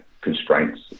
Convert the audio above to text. constraints